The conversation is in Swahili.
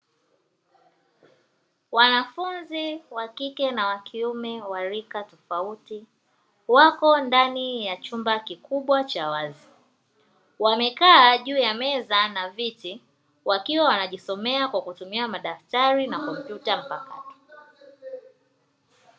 Wanafunzi wa kike na wakiume wa rika tofauti, wako ndani ya chumba kikubwa cha wazi, wamekaa juu ya meza na viti wakiwa wanajisoma kwa kutumia madaftari na kompyuta mpakato.